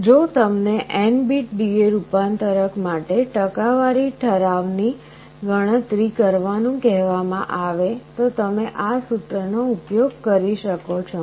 જો તમને N bit DA રૂપાંતરક માટે ટકાવારી ઠરાવની ગણતરી કરવાનું કહેવામાં આવે તો તમે આ સૂત્રનો ઉપયોગ કરી શકો છો